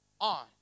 on